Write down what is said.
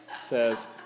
Says